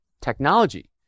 technology